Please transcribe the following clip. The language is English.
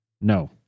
No